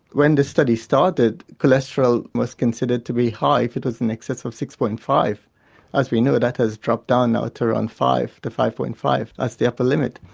when the study started cholesterol was considered to be high if it was in excess of six. but and five as we know that has dropped down now to around five to five. five as the upper limit.